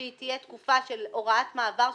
שהיא תהיה תקופה של הוראת מעבר,